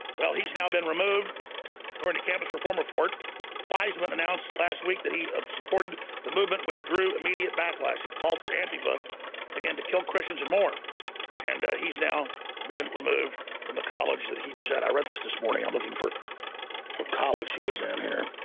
well, he's now been removed or in the campus for former fort fleischmann announced last week that he have supported movement which drew immediate backlash he called for aunt eva again to kill christians and more and he's now been removed from the college that he was that i read this this morning i'm looking for what college he was in here.